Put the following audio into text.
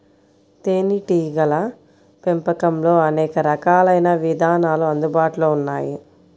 తేనీటీగల పెంపకంలో అనేక రకాలైన విధానాలు అందుబాటులో ఉన్నాయి